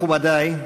מכובדי,